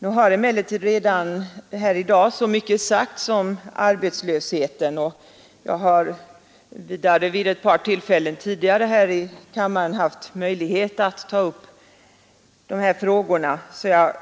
Nu har emellertid redan så mycket sagts i dag om arbetslösheten, och jag har dessutom vid ett par tidigare tillfällen här i kammaren haft möjlighet att ta upp de här frågorna, så jag